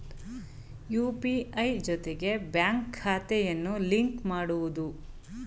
UPI ಜೊತೆಗೆ bank ಖಾತೆಯನ್ನು link ಮಾಡುವುದು ಸುರಕ್ಷಿತವೇ?